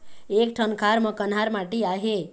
एक ठन खार म कन्हार माटी आहे?